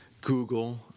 Google